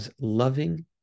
loving